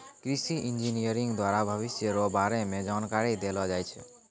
कृषि इंजीनियरिंग द्वारा भविष्य रो बारे मे जानकारी देलो जाय छै